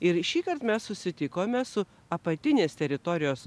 ir šįkart mes susitikome su apatinės teritorijos